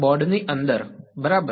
બોર્ડની અંદર બરાબર